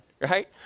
right